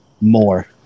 more